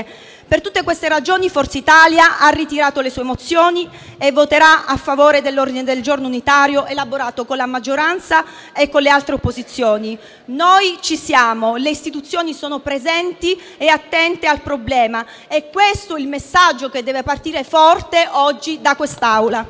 Per tutte queste ragioni, Forza Italia ha ritirato le sue mozioni e voterà a favore dell'ordine del giorno unitario elaborato con la maggioranza e con le altre opposizioni. Noi ci siamo, le istituzioni sono presenti e attente al problema: è questo il messaggio che deve partire forte oggi da quest'Aula.